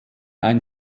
ein